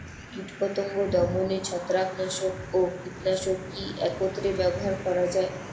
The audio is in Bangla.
কীটপতঙ্গ দমনে ছত্রাকনাশক ও কীটনাশক কী একত্রে ব্যবহার করা যাবে?